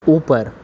ऊपर